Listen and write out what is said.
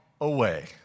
away